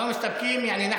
לא מסתפקים, יעני.